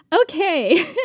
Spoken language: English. Okay